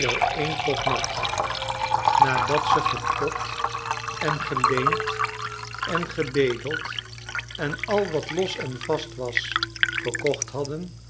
wel een potnat nadat ze gepot en geleend en gebedeld en al wat los en vast was verkocht hadden